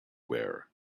wear